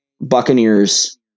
Buccaneers